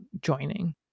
joining